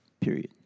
period